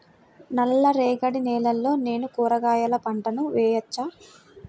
నల్ల రేగడి నేలలో నేను కూరగాయల పంటను వేయచ్చా?